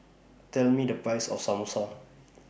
Tell Me The Price of Samosa